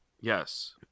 yes